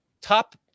Top